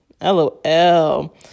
LOL